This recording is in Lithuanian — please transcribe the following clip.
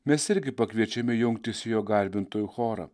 mes irgi pakviečiami jungtis į jo garbintojų chorą